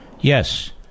Yes